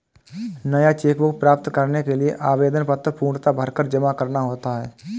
नया cheque book प्राप्त करने के लिए आवेदन पत्र पूर्णतया भरकर जमा करना होता है